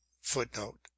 Footnote